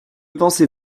pensez